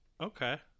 Okay